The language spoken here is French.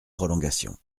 prolongation